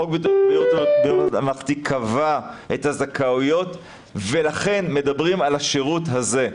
חוק ביטוח בריאות ממלכתי קבע את הזכאויות ולכן מדברים על השירות הזה,